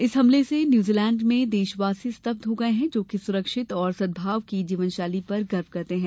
इस हमले से न्यूजीलैंड में देशवासी स्तब्ध हो गये जो कि सुरक्षित और सद्भाव की जीवनशैली पर गर्व करते हैं